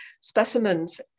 specimens